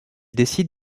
décide